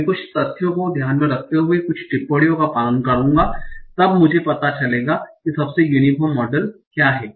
मैं कुछ तथ्यों को ध्यान में रखते हुए कुछ टिप्पणियों का पालन करूंगा तब मुझे पता चलेगा कि सबसे यूनीफोर्म मॉडल क्या है